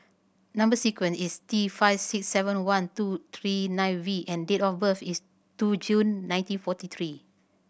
number sequence is T five six seven one two three nine V and date of birth is two June nineteen forty three